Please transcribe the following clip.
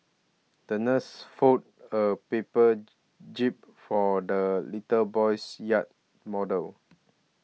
the nurse folded a paper jib for the little boy's yacht model